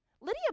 Lydia